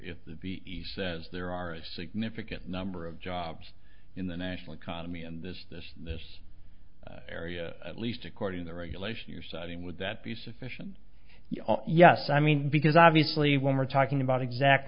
the ves says there are a significant number of jobs in the national economy and this this this area at least according the regulation you're citing would that be sufficient yes i mean because obviously when we're talking about exact